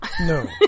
No